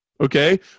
Okay